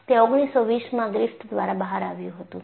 તે 1920 માં ગ્રિફિથ દ્વારા બહાર આવ્યું હતું